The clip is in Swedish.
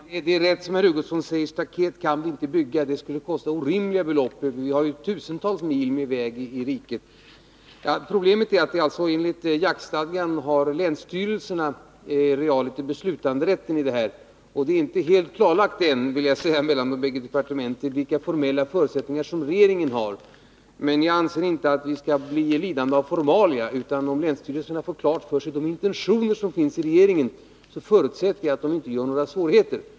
Herr talman! Det är rätt som herr Hugosson säger: Staket kan vi inte bygga. Det skulle kosta orimliga belopp. Vi har ju tusentals mil vägar i riket. Problemet är att enligt jaktstadgan har länsstyrelserna realiter beslutanderätten i det här fallet, och det är ännu inte helt klarlagt mellan departementen vilka formella förutsättningar regeringen har att ingripa. Jag anser dock att arbetet inte skall bli lidande av formalia, utan om länsstyrelserna får klart för sig vilka intentioner som finns i regeringen förutsätter jag att de inte gör några svårigheter.